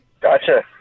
Gotcha